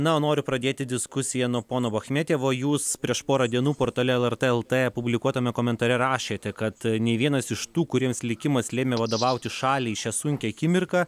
na o noriu pradėti diskusiją nuo pono bachmetjevo jūs prieš porą dienų portale lrt lt publikuotame komentare rašėte kad nei vienas iš tų kuriems likimas lėmė vadovauti šaliai šią sunkią akimirką